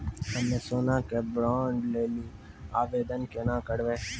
हम्मे सोना के बॉन्ड के लेली आवेदन केना करबै?